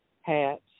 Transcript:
hats